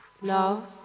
love